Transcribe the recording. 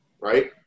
right